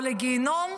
או לגיהינום,